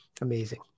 Amazing